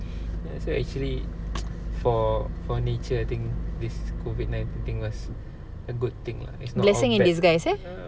blessing in disguise ya